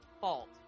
fault